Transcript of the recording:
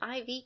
IV